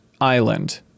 island